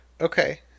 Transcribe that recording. okay